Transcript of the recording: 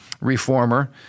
reformer